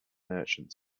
merchant